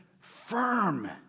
firm